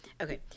Okay